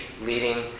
leading